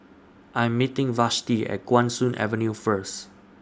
I Am meeting Vashti At Guan Soon Avenue First